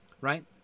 right